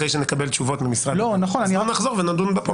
אחרי שנקבל תשובות מהמשרד, נחזור ונדון בה פה.